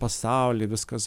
pasauly viskas